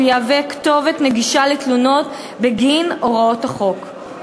יהווה כתובת נגישה לתלונות בגין הוראות החוק.